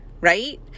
right